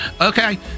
Okay